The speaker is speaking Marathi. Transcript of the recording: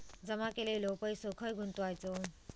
जमा केलेलो पैसो खय गुंतवायचो?